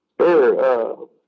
Sure